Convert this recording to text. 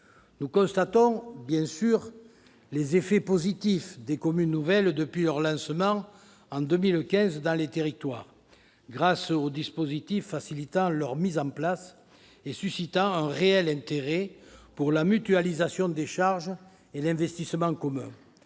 Nous constatons, bien sûr, les effets positifs de la création des communes nouvelles depuis son lancement en 2015 dans les territoires, grâce aux dispositifs facilitant leur mise en place et suscitant un réel intérêt pour la mutualisation des charges et l'investissement commun.